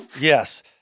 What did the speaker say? Yes